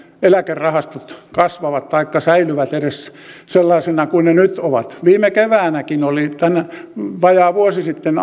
eläkerahastot kasvavat taikka säilyvät edes sellaisina kuin ne nyt ovat viime keväänäkin vajaa vuosi sitten